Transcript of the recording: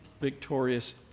victorious